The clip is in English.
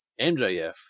MJF